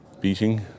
beating